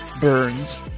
burns